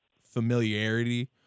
familiarity